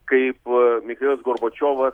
kaip michailas gorbačiovas